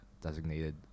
designated